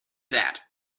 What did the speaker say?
that